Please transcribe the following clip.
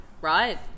right